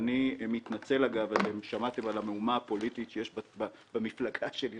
ואני מתנצל שאני יוצא מדי פעם בגלל המהומה הפוליטית שיש במפלגה שלי.